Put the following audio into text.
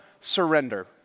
surrender